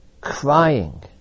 crying